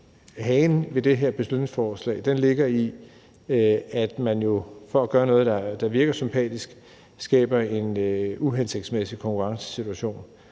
Hagen ved det her beslutningsforslag er, at man jo for at gøre noget, der virker sympatisk, skaber en uhensigtsmæssig konkurrencesituation,